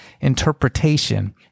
interpretation